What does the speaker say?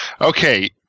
Okay